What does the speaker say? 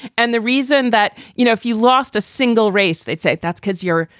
and the reason that, you know, if you lost a single race, they say that's because your.